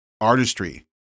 artistry